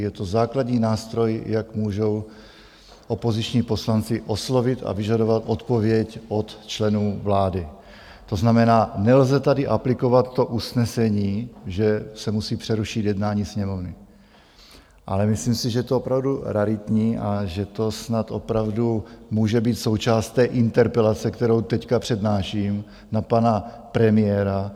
Je to základní nástroj, jak můžou opoziční poslanci oslovit a vyžadovat odpověď od členů vlády, to znamená, nelze tady aplikovat to usnesení, že se musí přerušit jednání Sněmovny, ale myslím si, že to je opravdu raritní a že to snad opravdu může být součást interpelace, kterou teď přednáším na pana premiéra.